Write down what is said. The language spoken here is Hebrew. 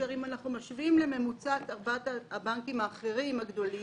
אם אנחנו משווים לממוצע של ארבעת הבנקים האחרים הגדולים,